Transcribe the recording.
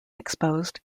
exposed